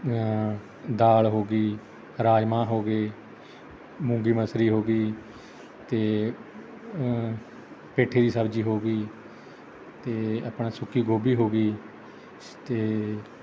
ਦਾਲ ਹੋ ਗਈ ਰਾਜਮਾਂਹ ਹੋ ਗਏ ਮੂੰਗੀ ਮਸਰੀ ਹੋ ਗਈ ਅਤੇ ਪੇਠੇ ਦੀ ਸਬਜ਼ੀ ਹੋ ਗਈ ਅਤੇ ਆਪਣਾ ਸੁੱਕੀ ਗੋਭੀ ਹੋ ਗਈ ਅਤੇ